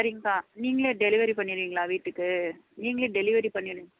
சரிங்க்கா நீங்களே டெலிவரி பண்ணிடுவீங்களா வீட்டுக்கு நீங்களே டெலிவரி பண்ணிரு